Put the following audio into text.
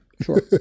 Sure